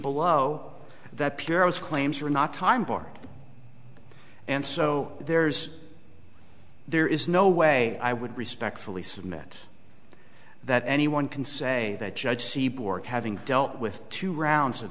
below that pierrot's claims are not time and so there's there is no way i would respectfully submit that anyone can say that judge seaboard having dealt with two rounds of